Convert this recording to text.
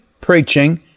preaching